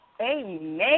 Amen